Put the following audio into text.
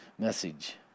Message